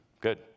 Good